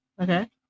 Okay